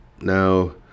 Now